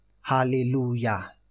Hallelujah